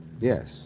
Yes